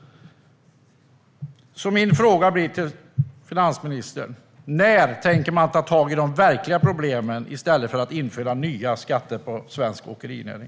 Min fråga till finansministern är: När tänker man ta tag i de verkliga problemen i stället för att införa nya skatter på svensk åkerinäring?